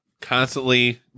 constantly